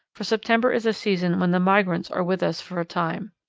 for september is a season when the migrants are with us for a time.